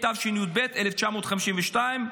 התשי"ב-1952,